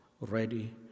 ready